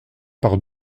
par